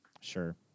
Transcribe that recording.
Sure